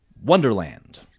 Wonderland